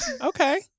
okay